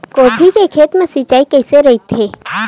गोभी के खेत मा सिंचाई कइसे रहिथे?